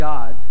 God